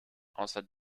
außer